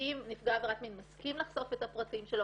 מין מסכים לחשוף את הפרטים שלו.